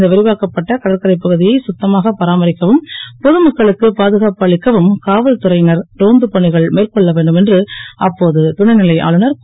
இந்த விரிவாக்கப்பட்ட கடற்கரைப் பகு யை சுத்தமாக பராமரிக்கவும் பொது மக்களுக்கு பாதுகாப்பு அளிக்கவும் காவல் துறை னர் ரோந்த பணிகள் மேற்கொள்ள வேண்டும் என்று அப்போது துணை லை ஆளுநர் கூறினார்